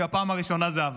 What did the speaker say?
כי בפעם הראשונה זה עבד,